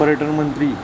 पर्यटन मंत्री